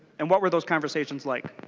and what were those conversations like?